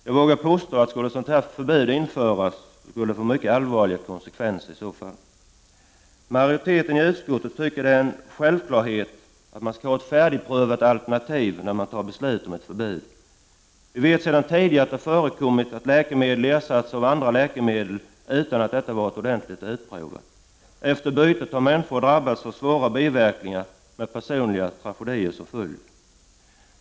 Jag vågar påstå att det skulle bli mycket allvarliga konsekvenser om ett sådant förbud skulle införas. Utskottets majoritet tycker att det är en självklarhet att man skall ha ett färdigprövat alternativ när man fattar beslut om ett förbud. Vi vet sedan tidigare att det förekommit att läkemedel ersatts av annat läkemedel utan att detta varit ordentligt utprovat. Efter bytet har människor drabbats av svåra biverkningar med personliga tragedier som följd.